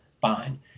fine